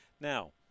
Now